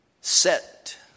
Set